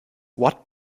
what